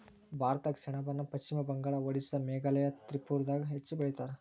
ಭಾರತದಾಗ ಸೆಣಬನ ಪಶ್ಚಿಮ ಬಂಗಾಳ, ಓಡಿಸ್ಸಾ ಮೇಘಾಲಯ ತ್ರಿಪುರಾದಾಗ ಹೆಚ್ಚ ಬೆಳಿತಾರ